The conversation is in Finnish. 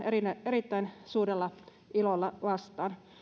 erittäin suurella ilolla vastaan